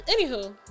Anywho